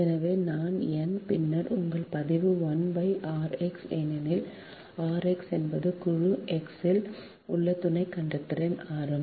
எனவே நான் n பின்னர் உங்கள் பதிவு 1 r x ஏனெனில் r x என்பது குழு X இல் உள்ள துணை கண்டக்டரின் ஆரம்